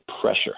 pressure